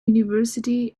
university